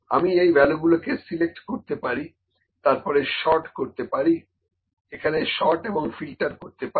আমি এই ভ্যালুগুলোকে সিলেক্ট করতে পারি তারপর সর্ট করতে পারি এখানে সর্ট এবং ফিল্টার করতে পারি